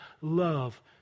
love